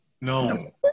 No